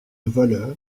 voleur